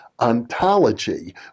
ontology